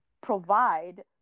provide